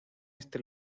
este